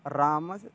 रामः